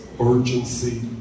urgency